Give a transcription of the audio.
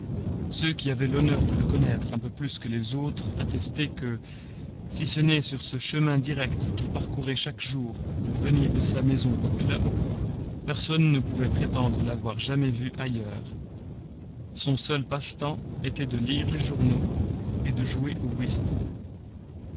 ceux qui avaient l'honneur de le connaître un peu plus que les autres attestaient que si ce n'est sur ce chemin direct qu'il parcourait chaque jour pour venir de sa maison au club personne ne pouvait prétendre l'avoir jamais vu ailleurs son seul passe-temps était de lire les journaux et de jouer au whist